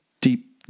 deep